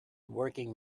working